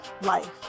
life